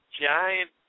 giant